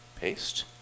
paste